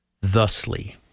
thusly